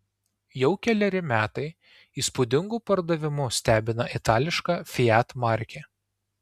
jau keleri metai įspūdingu pardavimu stebina itališka fiat markė